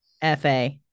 FA